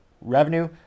revenue